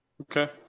Okay